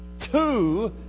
Two